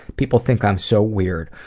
people think i'm so weird.